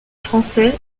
français